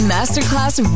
Masterclass